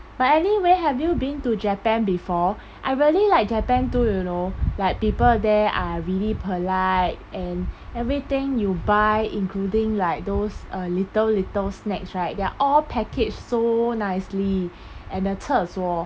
but anyway have you been to japan before I really like japan too you know like people there are really polite and everything you buy including like those uh little little snacks right they're all packaged so nicely and the 厕所